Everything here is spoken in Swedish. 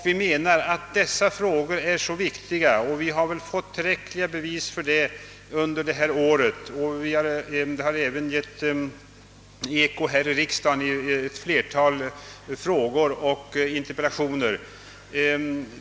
Vi anser att dessa frågor är viktiga, något som vi fått tillräckliga bevis för under det senaste året. Att så är fallet har även givit eko här i riksdagen i ett flertal enkla frågor och interpellationer.